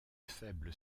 faible